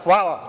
Hvala.